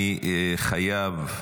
אני חייב,